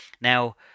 Now